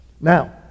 Now